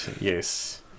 Yes